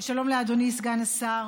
שלום לאדוני סגן השר